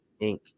Inc